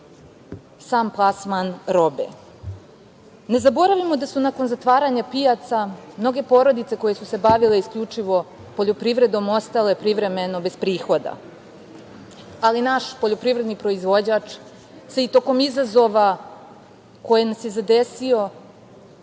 sam plasman robe. Ne zaboravimo da su nakon zatvaranja pijaca mnoge porodice koje su se bavile isključivo poljoprivredom ostale privremeno bez prihoda, ali naš poljoprivredni proizvođač se i tokom izazova koji nas je zadesio,